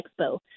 Expo